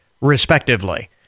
respectively